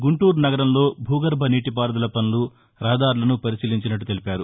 గుంటూరు నగరంలో భూగర్బ నీటిపారుదల పనులు రహదారులను పరిశీలించినట్లు తెలిపారు